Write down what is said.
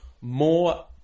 more